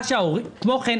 כמו כן,